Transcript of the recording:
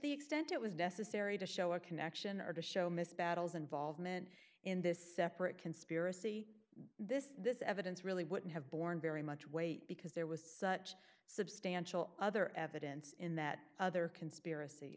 the extent it was necessary to show a connection or to show miss battles involvement in this separate conspiracy this this evidence really wouldn't have borne very much weight because there was such substantial other evidence in that other conspiracy